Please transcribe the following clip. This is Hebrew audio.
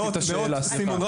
סימון,